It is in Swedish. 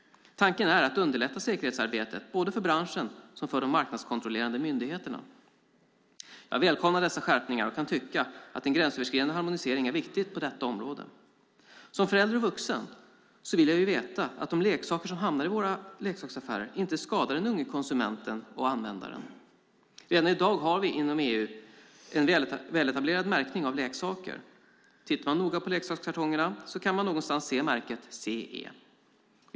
Tanken är att underlätta säkerhetsarbetet för både branschen och de marknadskontrollerande myndigheterna. Jag välkomnar dessa skärpningar, och jag kan tycka att en gränsöverskridande harmonisering är viktig på detta område. Som förälder och vuxen vill jag veta att de leksaker som hamnar i våra leksaksaffärer inte skadar den unge konsumenten och användaren. Redan i dag har vi inom EU en väletablerad märkning av leksaker. Tittar man noga på leksakskartongerna kan man någonstans se märket CE.